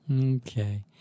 okay